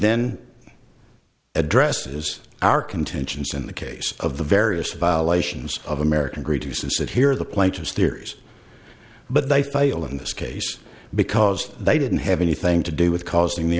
then addresses our contentions in the case of the various violations of american greed to sit here the plaintiffs theories but they fail in this case because they didn't have anything to do with causing the